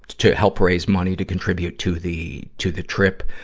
to help raise money to contribute to the, to the trip.